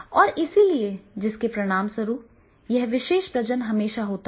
और इसलिए जिसके परिणामस्वरूप यह विशेष प्रजनन हमेशा होता है